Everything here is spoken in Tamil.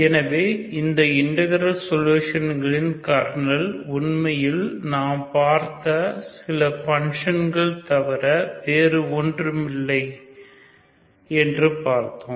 எனவே அந்த இன்டெகிரல் சொலுஷன்களின் கர்னல் உண்மையில் நாம் பார்த்த சில பன்ஷன்களை தவிர வேறு ஒன்றுமில்லை என்று பார்த்தோம்